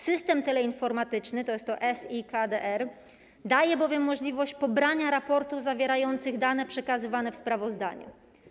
System teleinformatyczny - to jest to SI KDR - daje bowiem możliwość pobrania raportów zawierających dane przekazywane w sprawozdaniu.